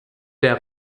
der